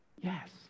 Yes